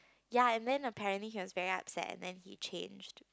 ya and then apparently he was very upset then he changed